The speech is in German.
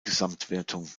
gesamtwertung